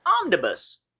omnibus